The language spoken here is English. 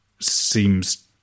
seems